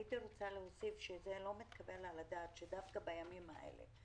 הייתי רוצה להוסיף שזה לא מתקבל על הדעת שדווקא בימים האלה,